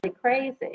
crazy